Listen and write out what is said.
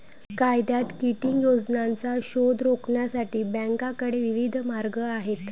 कायद्यात किटिंग योजनांचा शोध रोखण्यासाठी बँकांकडे विविध मार्ग आहेत